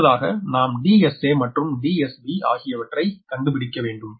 அடுத்தாக நாம் DSA மற்றும் DSB ஆகியவற்றை கண்டுபிடிக்க வேண்டும்